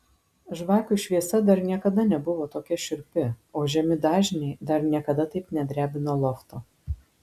žvakių šviesa dar niekada nebuvo tokia šiurpi o žemi dažniai dar niekada taip nedrebino lofto